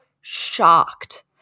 shocked